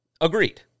Agreed